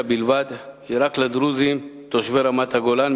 בלבד היא רק לדרוזים תושבי רמת-הגולן,